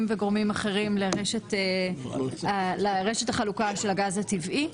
וגורמים אחרים לרשת החלוקה של הגז הטבעי.